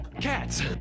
cats